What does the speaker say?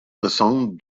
récente